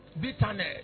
Bitterness